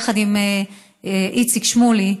יחד עם איציק שמולי,